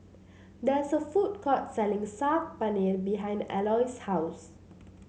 there is a food court selling Saag Paneer behind Aloys' house